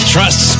Trust